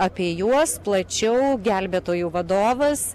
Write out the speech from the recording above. apie juos plačiau gelbėtojų vadovas